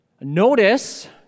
Notice